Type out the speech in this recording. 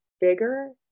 bigger